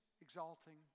exalting